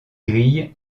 grilles